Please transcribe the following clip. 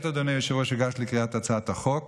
אדוני היושב-ראש, כעת אגש לקריאת הצעת החוק.